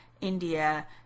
India